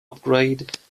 upgrade